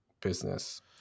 business